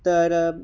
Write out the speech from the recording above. तर